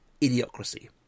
*Idiocracy*